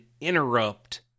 interrupt